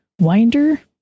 Winder